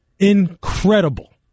incredible